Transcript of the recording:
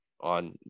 on